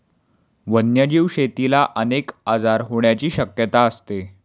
वन्यजीव शेतीला अनेक आजार होण्याची शक्यता असते